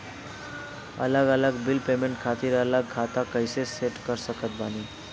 अलग अलग bill payment खातिर अलग अलग खाता कइसे सेट कर सकत बानी?